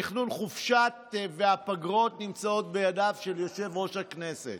תכנון החופשות והפגרות נמצא בידיו של יושב-ראש הכנסת.